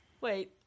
Wait